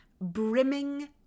brimming